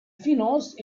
finances